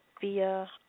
via